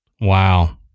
wow